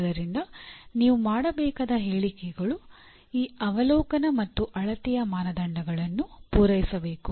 ಆದ್ದರಿಂದ ನೀವು ಮಾಡಬೇಕಾದ ಹೇಳಿಕೆಗಳು ಈ ಅವಲೋಕನ ಮತ್ತು ಅಳತೆಯ ಮಾನದಂಡಗಳನ್ನು ಪೂರೈಸಬೇಕು